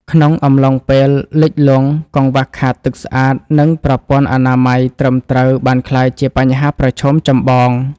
ក្នុងអំឡុងពេលលិចលង់ កង្វះខាតទឹកស្អាត និងប្រព័ន្ធអនាម័យត្រឹមត្រូវបានក្លាយជាបញ្ហាប្រឈមចម្បង។